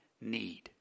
need